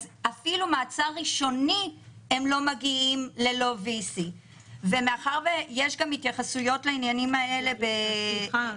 אז אפילו מעצר ראשוני הם לא מגיעים ללא VC. סליחה,